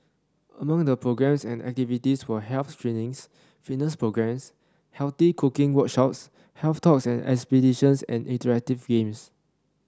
among the programmes and activities were health screenings fitness programmes healthy cooking workshops health talks and exhibitions and interactive games